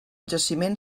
jaciment